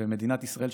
ומדינת ישראל,